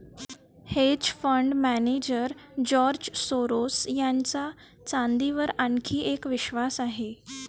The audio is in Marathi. hedge fund manager George Soros यांचा चांदीवर आणखी एक विश्वास आहे